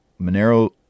Monero